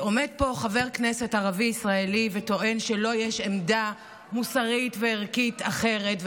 עומד פה חבר כנסת ערבי ישראלי וטוען שיש לו עמדה מוסרית וערכית אחרת,